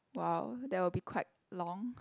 wow that will be quite long